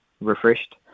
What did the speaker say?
refreshed